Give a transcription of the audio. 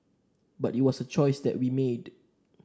but it was a choice that we made